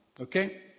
okay